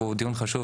הוא דיון חשוב.